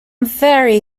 very